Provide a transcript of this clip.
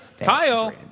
Kyle